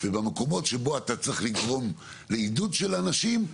במקומות שבהם אתם צריך לגרום לעידוד של אנשים,